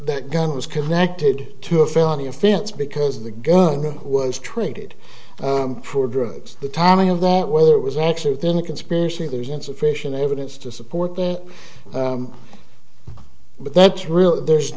that gun was connected to a felony offense because the gun was traded for drugs the timing of that whether it was actually within the conspiracy there's insufficient evidence to support it but that's really there's